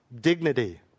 Dignity